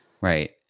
Right